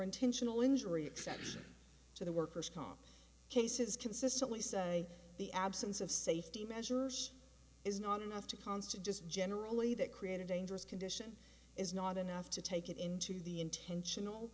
intentional injury exception to the worker's comp cases consistently say the absence of safety measures is not enough to constant just generally that create a dangerous condition is not enough to take it into the intentional